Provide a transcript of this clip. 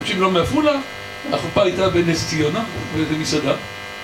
אנשים לא מעפולה, החופה היתה בנס ציונה, באיזה מסעדה